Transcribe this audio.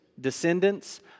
descendants